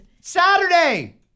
Saturday